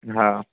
हा